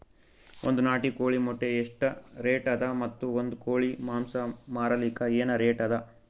ಒಂದ್ ನಾಟಿ ಕೋಳಿ ಮೊಟ್ಟೆ ಎಷ್ಟ ರೇಟ್ ಅದ ಮತ್ತು ಒಂದ್ ಕೋಳಿ ಮಾಂಸ ಮಾರಲಿಕ ಏನ ರೇಟ್ ಅದ?